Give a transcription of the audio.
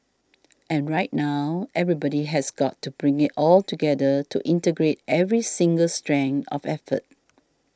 and right now everybody has got to bring it all together to integrate every single strand of effort